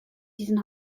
diesen